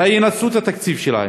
מתי הם ינצלו את התקציב שלהם?